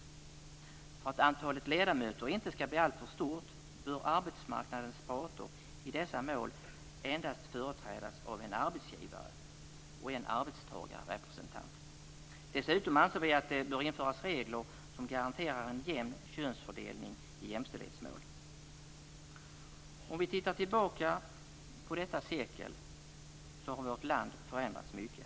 För att antalet ledamöter inte skall bli alltför stort bör arbetsmarknadens parter i dessa mål endast företrädas av en arbetsgivar och en arbetstagarrepresentant. Dessutom anser vi att det bör införas regler som garanterar en jämn könsfördelning i jämställdhetsmål. Om vi tittar tillbaka på detta sekel ser vi att vårt land har förändrats mycket.